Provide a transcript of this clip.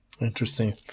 Interesting